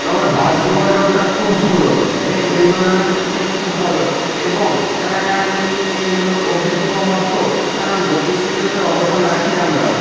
তবে বাস যোগাযোগটা খুব সুন্দর এই এই জন্যই খুব ভালো এবং এই জন্য অভিজ্ঞ মতো গতিশীলতার অবদান রাখি আমরা